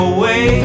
Away